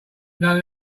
known